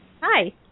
Hi